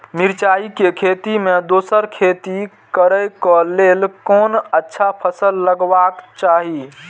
मिरचाई के खेती मे दोसर खेती करे क लेल कोन अच्छा फसल लगवाक चाहिँ?